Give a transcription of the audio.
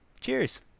Cheers